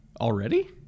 Already